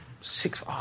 six